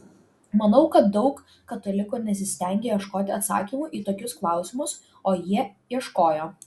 manau kad daug katalikų nesistengia ieškoti atsakymų į tokius klausimus o jie ieškojo